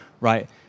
right